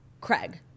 Craig